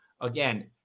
again